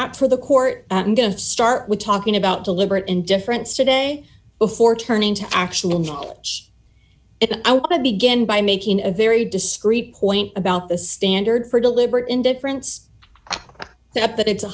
not for the court i'm going to start with talking about deliberate indifference today before turning to actual knowledge if i were to begin by making a very discrete point about the standard for deliberate indifference that that it's a